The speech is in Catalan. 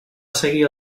seguir